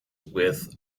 with